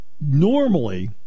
Normally